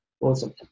awesome